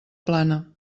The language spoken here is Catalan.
plana